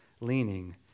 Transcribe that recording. leaning